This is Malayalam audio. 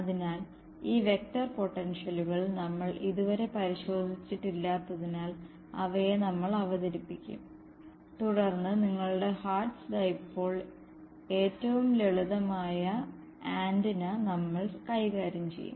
അതിനാൽ ആരംഭിക്കുന്നതിന് ഞങ്ങൾ യഥാർത്ഥത്തിൽ ഒരു ചെറിയ രീതിയിൽ വഴിമാറി പോകും